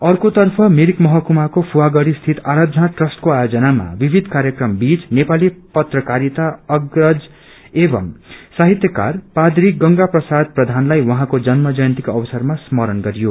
अर्कोतर्फ मिरिक महकुमाको फवागढ़ी स्थित आराधना ट्रस्टको आयोजनामा विविध कार्यक्रम बीच नेपाली प्रत्रकारिताका अग्रज एवं साहित्याकार पादरी गंगा प्रसाद प्रधानताई उहाँको जन्य जयन्तीको अवसरमा स्मरण गरियो